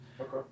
Okay